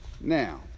Now